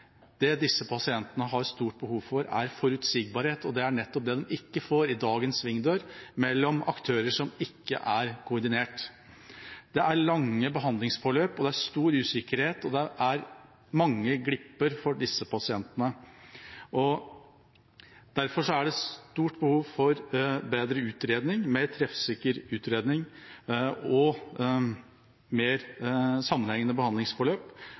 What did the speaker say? Det disse pasientene har stort behov for, er forutsigbarhet, og det er nettopp det de ikke får i dagens svingdørpraksis mellom aktører som ikke er koordinert. Det er lange behandlingsforløp, det er stor usikkerhet, og det er mange glipper for disse pasientene. Derfor er det stort behov for en bedre, mer treffsikker, utredning og et mer sammenhengende behandlingsforløp.